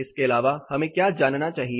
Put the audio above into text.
इसके अलावा हमें क्या जानना चाहिए